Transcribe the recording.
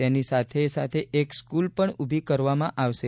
તેની સાથે એક સ્ક્રલ પણ ઉભી કરવામાં આવશે